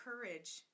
courage